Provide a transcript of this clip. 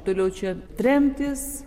toliau čia tremtis